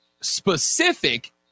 specific